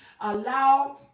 allow